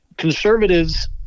conservatives